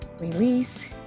release